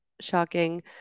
shocking